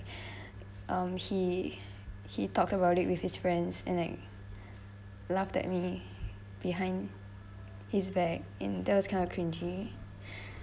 um he he talked about it with his friends and like laugh that me behind his back in those kind of cringey